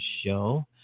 show